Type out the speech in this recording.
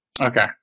Okay